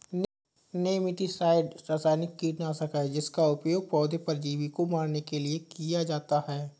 nematicide रासायनिक कीटनाशक है जिसका उपयोग पौधे परजीवी को मारने के लिए किया जाता है